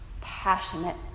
Passionate